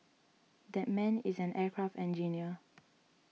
that man is an aircraft engineer